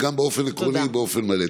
וגם באופן עקרוני ובאופן מלא.